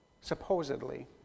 supposedly